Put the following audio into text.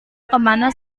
kemana